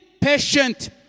patient